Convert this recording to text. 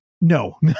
No